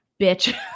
bitch